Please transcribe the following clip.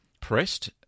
pressed